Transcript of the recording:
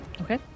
Okay